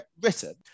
written